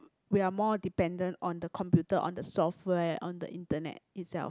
we are more dependent on the computer on the software on the internet itself